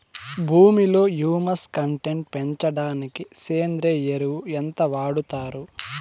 భూమిలో humus content పెంచడానికి సేంద్రియ ఎరువు ఎంత వాడుతారు